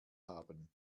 haben